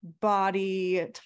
body